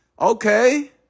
Okay